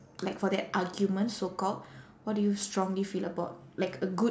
like for that argument so called what do you strongly feel about like a good